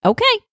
Okay